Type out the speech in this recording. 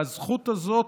והזכות הזאת,